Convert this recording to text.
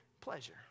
pleasure